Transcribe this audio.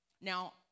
Now